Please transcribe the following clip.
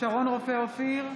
שרון רופא אופיר,